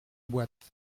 boîte